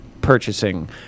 purchasing